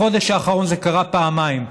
בחודש האחרון זה קרה פעמיים,